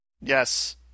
Yes